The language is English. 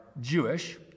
Jewish